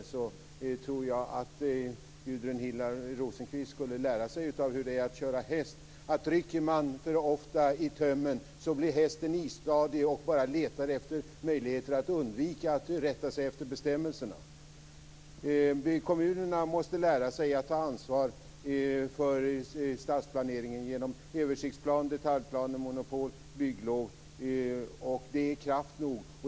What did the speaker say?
Jag tror att Helena Hillar Rosenqvist skulle lära sig av hur det är att köra häst. Rycker man för ofta i tömmen blir hästen istadig och bara letar efter möjligheter att undvika att rätta sig efter bestämmelserna. Kommunerna måste lära sig att ta ansvar för stadsplaneringen genom översiktsplan, detaljplanemonopol, bygglov. Det är kraft nog.